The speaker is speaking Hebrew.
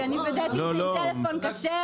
כי אני וידאתי את זה עם טלפון כשר.